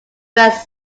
first